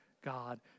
God